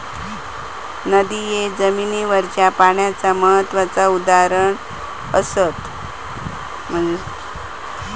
नदिये जमिनीवरच्या पाण्याचा महत्त्वाचा उदाहरण असत